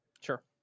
Sure